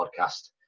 podcast